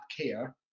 care